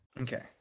Okay